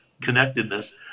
connectedness